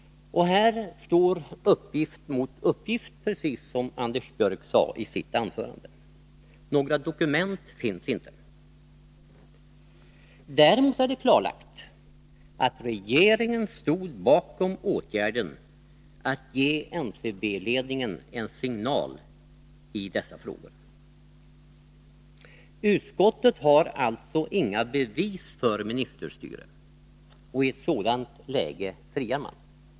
Här står uppgift mot uppgift, precis som Anders Björck sade. Nr 154 Några dokument finns inte. Däremot är det klarlagt att regeringen stod Onsdagen den bakom åtgärden att ge NCB-ledningen en signal i dessa frågor. 25 maj 1983 Utskottet har alltså inga bevis för ministerstyre. I ett sådant läge friar man.